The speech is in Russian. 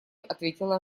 ответила